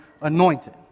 anointed